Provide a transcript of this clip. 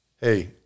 Hey